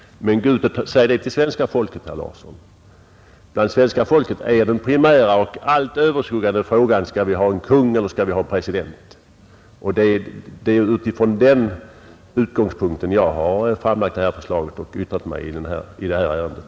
Men gå ut och säg det till svenska folket, herr Larsson! Bland svenska folket är den primära och allt överskuggande frågan: Skall vi ha en kung eller skall vi ha en president? Det är från den utgångspunkten jag har framlagt detta förslag och yttrat mig i ärendet.